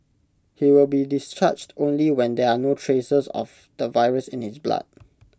he will be discharged only when there are no traces of the virus in his blood